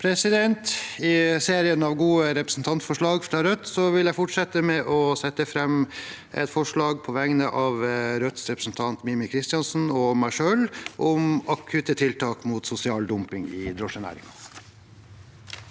I serien av gode re- presentantforslag fra Rødt vil jeg fortsette med å sette fram et forslag på vegne av Rødts representant Mímir Kristjánsson og meg selv om akutte tiltak mot sosial dumping i drosjenæringen.